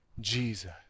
Jesus